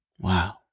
Wow